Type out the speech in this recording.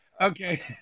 okay